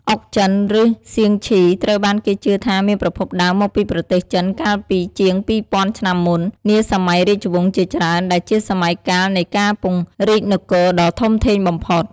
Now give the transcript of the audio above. អុកចិន ឬ សៀងឈី ត្រូវបានគេជឿថាមានប្រភពដើមមកពីប្រទេសចិនកាលពីជាង ២០០០ ឆ្នាំមុន នាសម័យរាជវង្សជាច្រើន ដែលជាសម័យកាលនៃការពង្រីកនគរដ៏ធំធេងបំផុត។